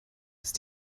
ist